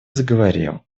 заговорил